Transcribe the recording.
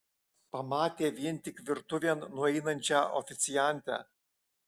pamatė vien tik virtuvėn nueinančią oficiantę